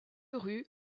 rue